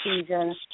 season